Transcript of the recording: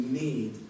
need